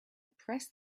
press